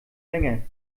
länger